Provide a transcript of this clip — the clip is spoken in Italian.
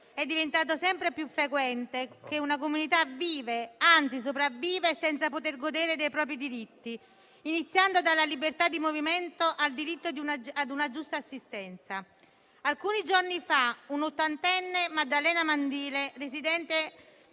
è diventato sempre più frequente che una comunità viva, anzi sopravviva, senza poter godere dei propri diritti, iniziando dalla libertà di movimento, fino al diritto a una giusta assistenza. Alcuni giorni fa, un'ottantenne, Maddalena Mandile, residente